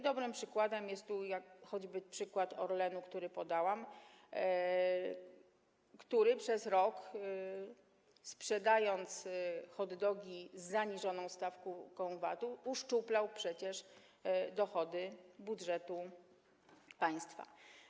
Dobrym przykładem jest choćby przykład Orlenu, jaki podałam, który przez rok sprzedając hot dogi z zaniżoną stawką VAT-u, uszczuplał przecież dochody budżetu państwa.